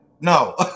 No